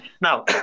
Now